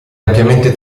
ampiamente